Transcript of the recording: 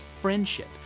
friendship